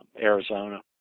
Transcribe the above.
Arizona